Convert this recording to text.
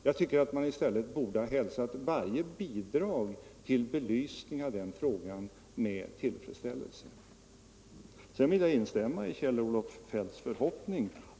Jag tycker att man i stället borde ha hälsat varje bidrag till belysning av den frågan med tillfredsställelse. Sedan vill jag instämma i Kjell-Olof Feldts förhoppning.